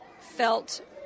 felt